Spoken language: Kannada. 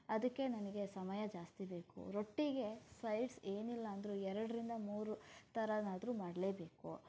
ಅದಕ್ಕೆ ನನಗೆ ಸಮಯ ಜಾಸ್ತಿ ಬೇಕು ರೊಟ್ಟಿಗೆ ಸೈಡ್ಸ್ ಏನಿಲ್ಲ ಅಂದ್ರೂ ಎರಡರಿಂದ ಮೂರು ಥರನಾದರೂ ಮಾಡಲೇಬೇಕು